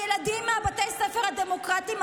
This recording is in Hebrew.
הילדים מבתי ספר הדמוקרטיים,